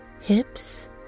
hips